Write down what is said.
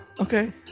Okay